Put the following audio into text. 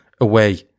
away